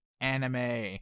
anime